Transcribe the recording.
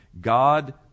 God